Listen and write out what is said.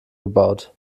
gebaut